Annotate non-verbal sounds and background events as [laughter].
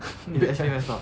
[laughs]